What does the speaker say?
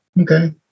Okay